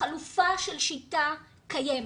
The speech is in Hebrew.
החלופה של 'שיטה' קיימת,